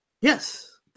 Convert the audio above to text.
Yes